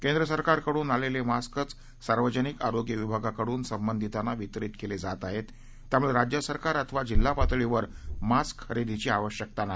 केंद्र सरकारकडुन आल्लाभिस्कच सार्वजनिक आरोग्य विभागाकडून संबंधितांना वितरीत क्विज्ञात आहक्त त्यामुळजिज्य सरकार अथवा जिल्हा पातळीवर मास्क खरस्तींची आवश्यकता नाही